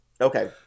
okay